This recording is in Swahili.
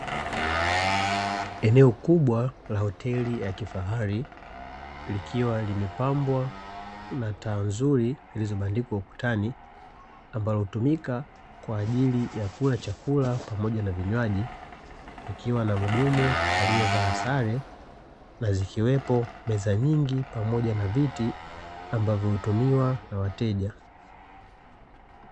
Eneo kubwa la hoteli ya kifahari, likiwa limepambwa na taa nzuri zilizobandikwa ukutani, ambalo hutumika kwa ajili ya kula chakula pamoja na vinywaji, ikiwa na mhudumu aliyevaa sare, na zikiwepo meza nyingi pamoja na viti ambavyo hutumiwa na wateja.